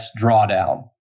drawdown